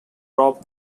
rob